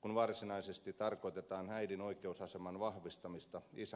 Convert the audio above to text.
kun varsinaisesti tarkoitetaan äidin oikeusaseman vahvistamista isän kustannuksella